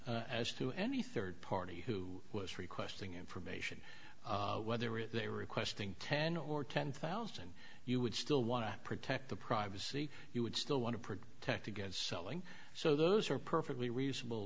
as to any third party who was requesting information whether if they were requesting ten or ten thousand you would still want to protect the privacy you would still want to protect against selling so those are perfectly reasonable